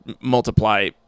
multiply